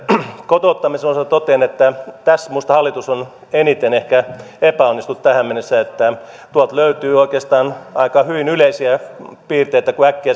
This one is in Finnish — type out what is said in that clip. kotouttamisen osalta totean että tässä minusta hallitus on eniten ehkä epäonnistunut tähän mennessä tuolta löytyy oikeastaan aika hyvin yleisiä piirteitä kun äkkiä